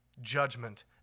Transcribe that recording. Judgment